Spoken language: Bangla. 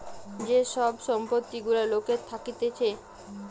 যে সব সম্পত্তি গুলা লোকের থাকতিছে